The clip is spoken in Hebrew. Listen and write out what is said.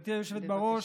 גברתי היושבת-ראש,